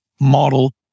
model